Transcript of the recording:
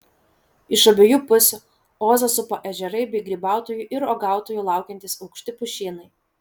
iš abiejų pusių ozą supa ežerai bei grybautojų ir uogautojų laukiantys aukšti pušynai